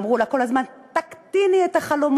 אמרו לה כל הזמן: תקטיני את החלומות,